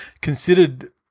Considered